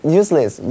useless